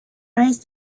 raised